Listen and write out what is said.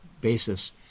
basis